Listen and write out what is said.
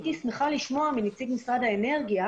הייתי שמחה לשמוע מנציג משרד האנרגיה